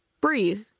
breathe